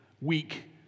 weak